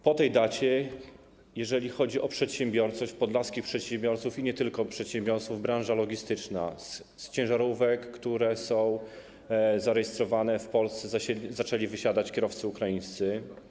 Po tej dacie - chodzi o przedsiębiorców, podlaskich przedsiębiorców, i nie tylko o przedsiębiorców, o branżę logistyczną - z ciężarówek, które są zarejestrowane w Polsce, zaczęli wysiadać kierowcy ukraińscy.